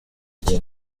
iki